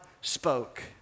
spoke